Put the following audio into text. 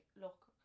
look